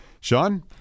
Sean